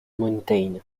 mountain